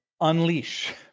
unleash